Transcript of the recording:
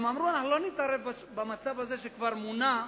הם אמרו: אנחנו לא נתערב במצב שכבר מונה,